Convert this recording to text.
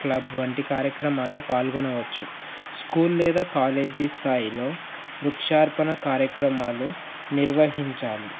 club వంటి కార్యక్రమాల్లో పాల్గొనవచ్చు స్కూల్ లేదా కాలేజీ స్థాయిలో వృక్షార్పణ కార్యక్రమాలు నిర్వహించాలి